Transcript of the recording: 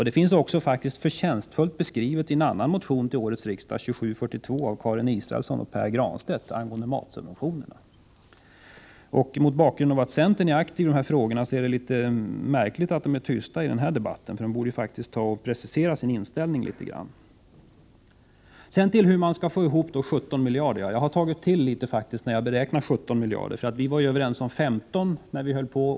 Detta är faktiskt förtjänstfullt beskrivet i en annan motion till årets riksmöte, i motion 1984/85:2742 av Karin Israelsson och Pär Granstedt angående matsubventionerna. Mot bakgrund av att centern är aktiv i dessa frågor är det litet märkligt att man nu är tyst i denna debatt. Centerpartister borde precisera sin inställning på denna punkt. Sedan till hur man skall få ihop 17 miljarder. Jag har tagit till litet faktiskt när jag beräknat det till 17 miljarder. Vi var ju överens om 15 miljarder.